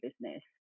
business